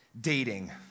Dating